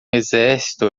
exército